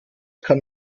kann